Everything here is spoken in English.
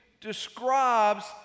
describes